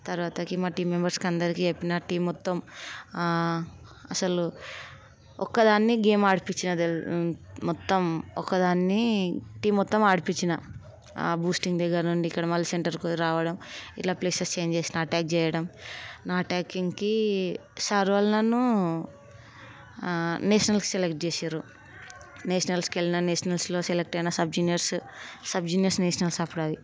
తర్వాతకి మా టీం మెంబెర్స్కి మొత్తం చెప్పినా టీం మొత్తం అసలు ఒక దాన్ని గేమ్ ఆడిపించిన మొత్తం ఒకదాన్ని టీం మొత్తం ఆడిపించిన బూస్టింగ్ దగ్గర నుండి ఇక్కడ మళ్ళీ సెంటర్కి రావడం ఇట్లా ప్లేసెస్ చేంజ్ చేసి అటాక్ చేయడం నా అటాకింగ్కి సార్ వాళ్ళు నన్ను నేషనల్స్కి సెలెక్ట్ చేసారు నేషనల్స్కి వెళ్ళిన నేషనల్స్లో సెలెక్ట్ అయిన సబ్జీనియస్ సబ్జీనియస్ నేషనల్ సఫర్ అది